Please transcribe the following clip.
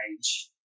age